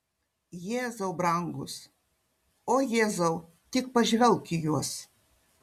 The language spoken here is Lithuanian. jėzau brangus o jėzau tik pažvelk į juos